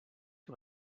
que